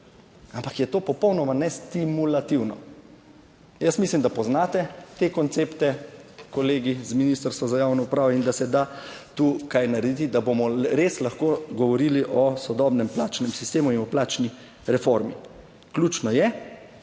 ampak je to popolnoma nestimulativno. Jaz mislim, da poznate te koncepte, kolegi iz Ministrstva za javno upravo, in da se da tu kaj narediti, da bomo res lahko govorili o sodobnem plačnem sistemu in o plačni reformi. Ključno je,